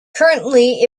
currently